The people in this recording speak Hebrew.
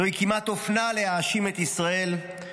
זוהי כמעט אופנה להאשים את ישראל,